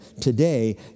today